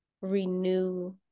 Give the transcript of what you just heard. renew